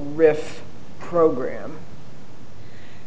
rift program